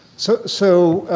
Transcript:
so so